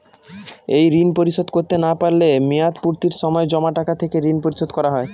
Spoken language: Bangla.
এই ঋণ পরিশোধ করতে না পারলে মেয়াদপূর্তির সময় জমা টাকা থেকে ঋণ পরিশোধ করা হয়?